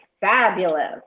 fabulous